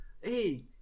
hey